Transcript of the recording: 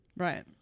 Right